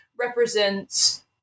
represents